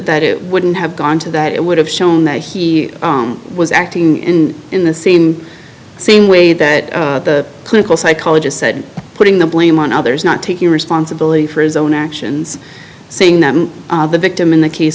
that it wouldn't have gone to that it would have shown that he was acting in in the same same way that the clinical psychologist said putting the blame on others not taking responsibility for his own actions saying that the victim in the case